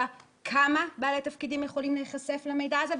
כמה בעלי תפקידים יכולים להיחשף למידע הזה,